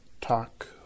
talk